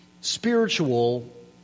spiritual